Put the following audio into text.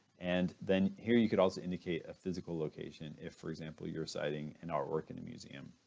and then here you could also indicate a physical location. if for example you're citing an art work in the museum,